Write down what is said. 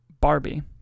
Barbie